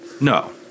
No